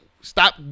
stop